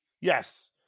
Yes